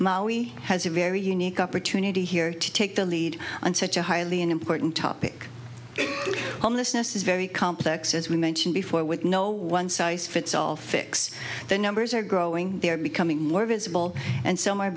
has a very unique opportunity here to take the lead on such a highly important topic homelessness is very complex as we mentioned before with no one size fits all fixed the numbers are growing they are becoming more visible and so might